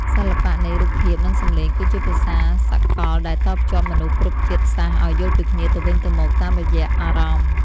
សិល្បៈនៃរូបភាពនិងសំឡេងគឺជាភាសាសកលដែលតភ្ជាប់មនុស្សគ្រប់ជាតិសាសន៍ឱ្យយល់ពីគ្នាទៅវិញទៅមកតាមរយៈអារម្មណ៍។